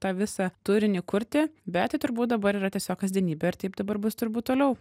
tą visą turinį kurti bet tai turbūt dabar yra tiesiog kasdienybė ir taip dabar bus turbūt toliau